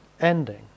ending